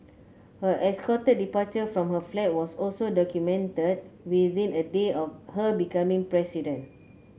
her escorted departure from her flat was also documented within a day of her becoming president